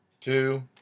two